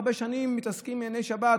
שהרבה שנים מתעסקים בענייני שבת,